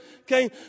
okay